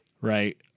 right